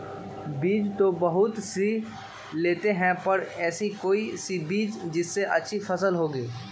बीज तो बहुत सी लेते हैं पर ऐसी कौन सी बिज जिससे फसल अच्छी होगी?